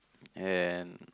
and